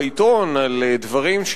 בעיתון על דברים,